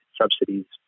subsidies